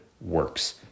works